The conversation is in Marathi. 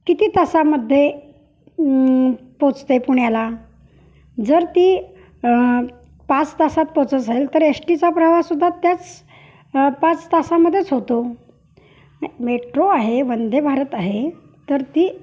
किती तासामध्ये पोचते पुण्याला जर ती पाच तासात पोचत असेल तर एश टीचा प्रवास सुद्धा त्याच पाच तासामध्येच होतो नाही मेट्रो आहे वंदेभारत आहे तर ती